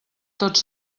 tots